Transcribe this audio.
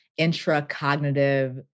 intracognitive